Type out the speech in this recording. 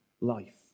life